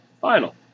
final